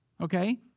Okay